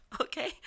okay